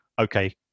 okay